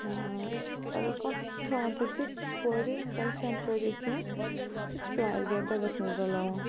سُہ تہِ اگر کانٛہہ تھاوان تَتہِ پورِ کیٚلشم پورِ یا کیٚنٛہہ سُہ تہِ چھُ پیٚوان اَسہِ گَرِ دودس منٛز رَلاوُن